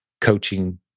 Coaching